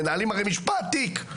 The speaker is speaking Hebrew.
מנהלים הרי משפט, תיק.